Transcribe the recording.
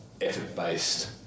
effort-based